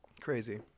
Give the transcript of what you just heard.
Crazy